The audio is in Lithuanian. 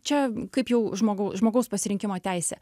čia kaip jau žmogau žmogaus pasirinkimo teisė